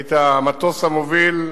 היית המטוס המוביל.